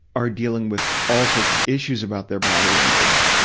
are dealing with all sorts of issues about their body images.